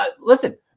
listen